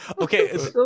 Okay